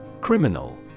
Criminal